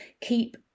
keep